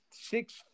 six